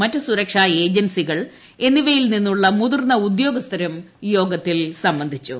മറ്റ് സുരക്ഷാ ഏജൻസികൾ എന്നിവയിൽ നിന്നുള്ള ് മുതിർന്ന ഉദ്യോഗസ്ഥരും യോഗത്തിൽ സംബന്ധിച്ചു